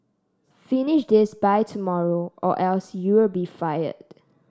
finish this by tomorrow or else you'll be fired